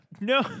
No